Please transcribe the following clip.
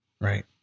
Right